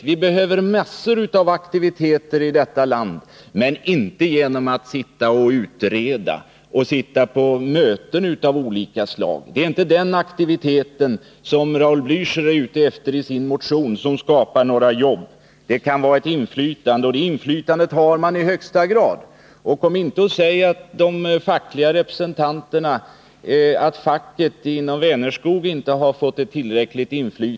Vi behöver massor av aktiviteter i detta land, men inte sådana aktiviteter som att utreda och sitta på möten av olika slag. Den aktivitet som Raul Blächer är ute efter i sin motion skapar inga jobb. Inflytande har man i högsta grad. Ingen påstår att facket inom Vänerskog inte har fått ett tillräckligt inflytande.